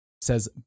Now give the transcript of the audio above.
says